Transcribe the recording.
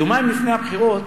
יומיים לפני הבחירות